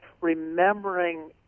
remembering